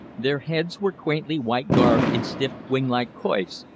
their heads were quaintly white-garbed in stiff winglike coifs,